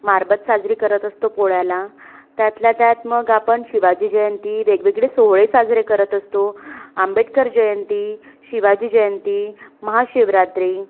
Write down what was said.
मारबत साजरी करत असतो पोळ्याला त्यातल्या त्यात मग आपण शिवाजी जयंती वेगवेगळे सोहळे साजरे करत असतो आंबेडकर जयंती शिवाजी जयंती महाशिवरात्री